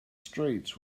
streets